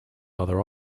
other